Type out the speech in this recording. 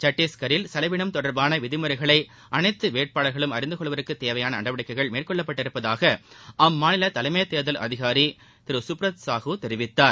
சத்தீஸ்கில் செலவினம் தொடர்பான விதிமுறைகளை அனைத்து வேட்பாளர்களும் அறிந்து கொள்வதற்கு தேவையான நடவடிக்கைகள் மேற்கொள்ளப்பட்டிருப்பதாக அம்மாநில தலைமை தேர்தல் திரு சுப்ரத் சாகு தெரிவித்தார்